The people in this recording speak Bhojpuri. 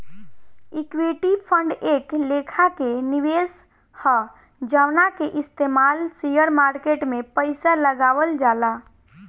ईक्विटी फंड एक लेखा के निवेश ह जवना के इस्तमाल शेयर मार्केट में पइसा लगावल जाला